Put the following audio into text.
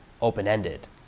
open-ended